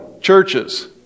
churches